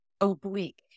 oblique